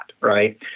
right